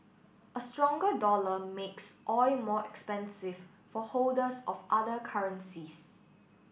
a stronger dollar makes oil more expensive for holders of other currencies